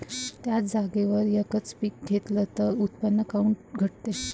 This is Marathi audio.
थ्याच जागेवर यकच पीक घेतलं त उत्पन्न काऊन घटते?